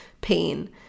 pain